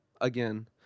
Again